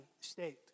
State